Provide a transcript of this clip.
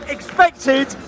Expected